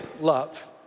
love